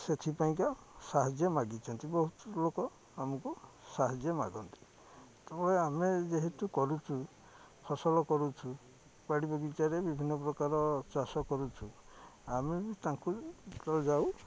ସେଥିପାଇଁକା ସାହାଯ୍ୟ ମାଗିଛନ୍ତି ବହୁତ ଲୋକ ଆମକୁ ସାହାଯ୍ୟ ମାଗନ୍ତି ତ ଆମେ ଯେହେତୁ କରୁଛୁ ଫସଲ କରୁଛୁ ବାଡ଼ି ବଗିଚାରେ ବିଭିନ୍ନ ପ୍ରକାର ଚାଷ କରୁଛୁ ଆମେ ବି ତାଙ୍କୁ ଭ ଯାଉ